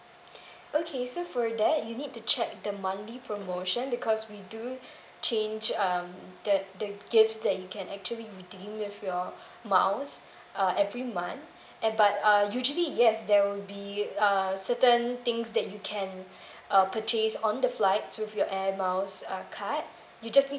okay so for that you need to check the monthly promotion because we do change uh the the gifts that you can actually redeem with your miles uh every month and but uh usually yes there will be uh certain things that you can uh purchase on the flights with your air miles card you just need